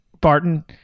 Barton